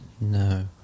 no